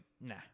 nah